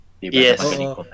Yes